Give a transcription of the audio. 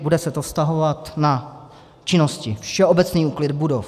Bude se to vztahovat na činnosti všeobecný úklid budov.